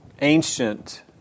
ancient